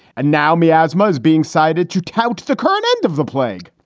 and now miasma is being cited to tout the current end of the plague?